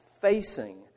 facing